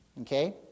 Okay